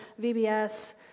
VBS